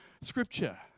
Scripture